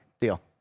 Deal